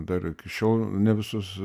dar iki šiol ne visus